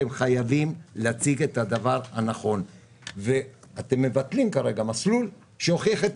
אתם חייבים להציג את הדבר הנכון ואתם מבטלים כרגע מסלול שהוכיח את